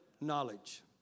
knowledge